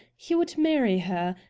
he would marry her,